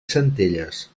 centelles